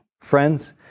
Friends